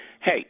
hey